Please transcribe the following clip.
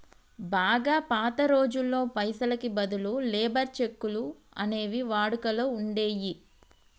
బాగా పాత రోజుల్లో పైసలకి బదులు లేబర్ చెక్కులు అనేవి వాడుకలో ఉండేయ్యి